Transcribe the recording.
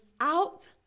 out